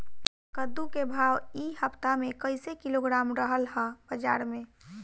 कद्दू के भाव इ हफ्ता मे कइसे किलोग्राम रहल ह बाज़ार मे?